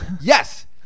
yes